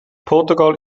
portugal